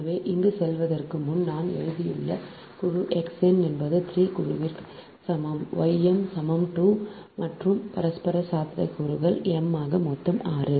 எனவே இங்கு செல்வதற்கு முன் நான் எழுதியுள்ள குழு x n என்பது 3 குழுவிற்கு சமம் y m சமம் 2 மற்றும் பரஸ்பர சாத்தியக்கூறுகள் m ஆக மொத்தம் 6